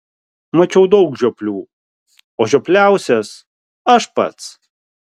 mačiau daug žioplių o žiopliausias aš pats